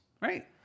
Right